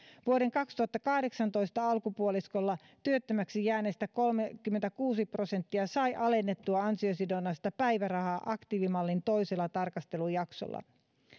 vuoden kaksituhattakahdeksantoista alkupuoliskolla työttömäksi jääneistä kolmekymmentäkuusi prosenttia sai alennettua ansiosidonnaista päivärahaa aktiivimallin toisella tarkastelujaksolla